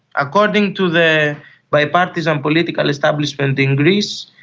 according to the bipartisan political establishment in greece,